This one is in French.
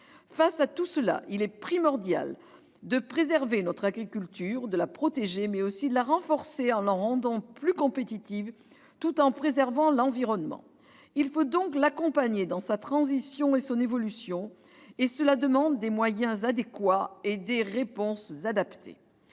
Face à cette situation, il est primordial de préserver et protéger notre agriculture, mais aussi de la renforcer en la rendant plus compétitive, tout en préservant l'environnement. Il faut donc l'accompagner dans sa transition et son évolution, ce qui demande des moyens adéquats et des réponses adaptées.